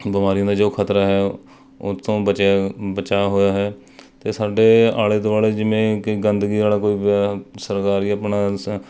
ਬਿਮਾਰੀਆਂ ਦਾ ਜੋ ਖਤਰਾ ਹੈ ਉਹ ਤੋਂ ਬਚਿਆ ਬਚਾਅ ਹੋਇਆ ਹੈ ਅਤੇ ਸਾਡੇ ਆਲੇ ਦੁਆਲੇ ਜਿਵੇਂ ਕਿ ਗੰਦਗੀ ਵਾਲਾ ਕੋਈ ਵੀ ਸਰਕਾਰੀ ਆਪਣਾ ਸ